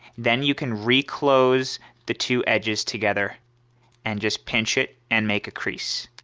then you can re-close the two edges together and just pinch it and make a crease